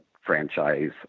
franchise